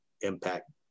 impact